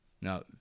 Now